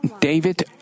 David